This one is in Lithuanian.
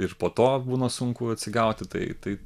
ir po to būna sunku atsigauti tai tai